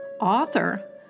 author